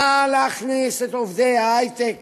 נא להכניס את עובדי ההייטק